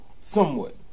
Somewhat